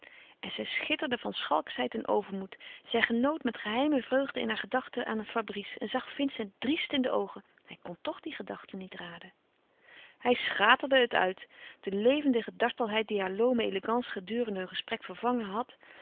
en zij schitterde van schalkschheid en overmoed zij genoot met geheime vreugde in haar gedachte aan fabrice en zag vincent driest in de oogen hij kon toch die gedachte niet raden hij schaterde het uit de levendige dartelheid die haar loome elegance gedurende hun gesprek vervangen had